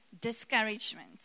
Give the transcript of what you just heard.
discouragement